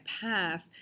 path